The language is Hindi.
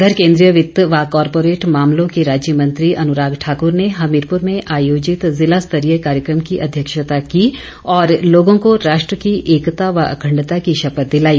उधर केन्द्रीय वित्त व कारपोरेट मामलों के राज्य मंत्री अनुराग ठाकुर ने हमीरपुर में आयोजित जिला स्तरीय कार्यक्रम की अध्यक्षता की और लोगों को राष्ट्र की एकता व अखंडता की शपथ दिलाई